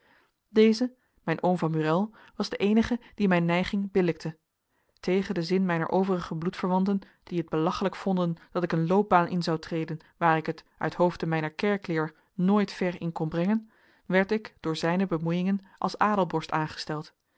deze mijn oom van murél was de eenige die mijn neiging billijkte tegen den zin mijner overige bloedverwanten die het belachelijk vonden dat ik een loopbaan in zou treden waar ik het uithoofde mijner kerkleer nooit ver in kon brengen werd ik door zijne bemoeiingen als adelborst aangesteld